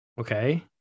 Okay